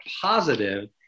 positive